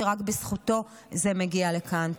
שרק בזכותו זה מגיע לכאן.